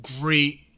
Great